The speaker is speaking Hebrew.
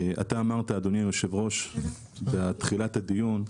אתה אמרת בתחילת הדיון,